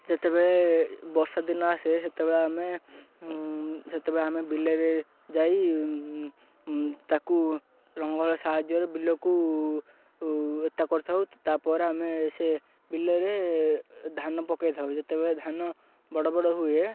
ଯେତେବେଳେ ବର୍ଷା ଦିନ ଆସେ ସେତେବେଳେ ଆମେ ସେତେବେଳେ ଆମେ ବିଲରେ ଯାଇ ତାକୁ ଳଙ୍ଗଳ ସାହାଯ୍ୟରେ ବିଲକୁ ଏତା କରିଥାଉ ତା'ପରେ ଆମେ ସେ ବିଲରେ ଧାନ ପକାଇ ଥାଉ ଯେତେବେଳେ ଧାନ ବଡ଼ ବଡ଼ ହୁଏ